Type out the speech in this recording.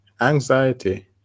anxiety